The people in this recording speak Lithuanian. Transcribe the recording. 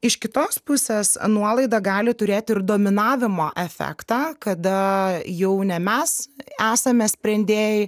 iš kitos pusės nuolaida gali turėti ir dominavimo efektą kada jau ne mes esame sprendėjai